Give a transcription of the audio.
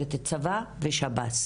אומרת רק את המילה "צבא" ושב"ס.